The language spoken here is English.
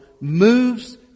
moves